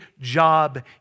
job